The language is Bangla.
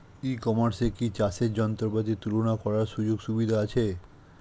ই কমার্সে কি চাষের যন্ত্রপাতি তুলনা করার সুযোগ সুবিধা আছে?